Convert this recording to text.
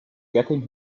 getting